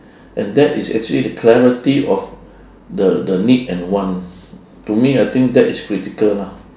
and that is actually the clarity of the the need and want to me I think that is critical lah